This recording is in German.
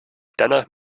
dennoch